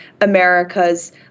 America's